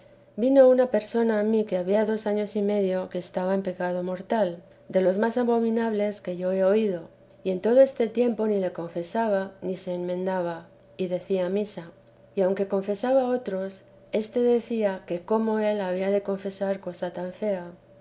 vino una persona a mí que había dos años y medio que estaba en un pecado mortal de los más abominables que yo he oído y en todo este tiempo ni se confesaba ni ter ns v de jesús se enmendaba y decía misa y aunque confesaba oti éste decía que cótfio él había de confesar cosa tan fea